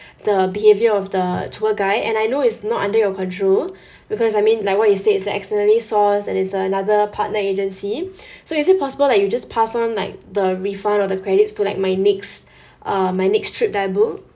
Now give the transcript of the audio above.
the behaviour of the tour guide and I know it's not under your control because I mean like what you said it's an externally sourced and it's a another partner agency so is it possible like you just pass on like the refund or the credits to like my next uh my next trip that I book